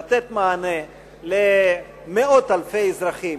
לתת מענה למאות אלפי אזרחים